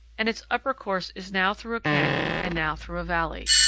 and its upper course is now through a canyon and now through a valley.